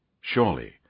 surely